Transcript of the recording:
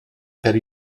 per